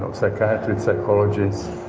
um psychiatrists, psychologists,